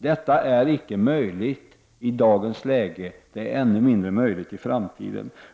Detta är icke möjligt i dagens läge, och det är ännu mindre möjligt i framtiden.